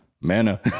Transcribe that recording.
manna